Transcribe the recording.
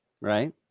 right